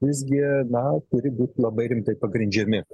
visgi na turi būt labai rimtai pagrindžiami